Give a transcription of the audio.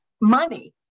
money